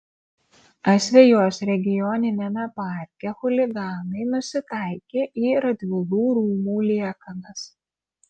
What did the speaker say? asvejos regioniniame parke chuliganai nusitaikė į radvilų rūmų liekanas